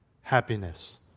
happiness